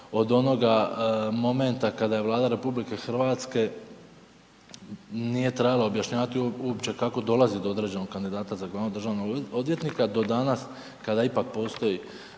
od onog momenta kada je Vlada RH, nije trebalo objašnjavati uopće kako dolazi do određenog kandidata za glavnog državnog odvjetnika do danas kada ipak postoji